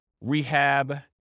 rehab